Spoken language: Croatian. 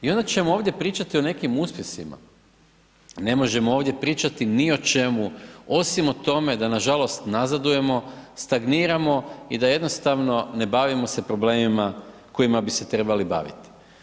I onda ćemo ovdje pričati o nekim uspjesima, ne možemo ovdje pričati ni o čemu osim o tome da na žalost nazadujemo, stagniramo i da jednostavno ne bavimo se problemima kojima bi se trebali bavit.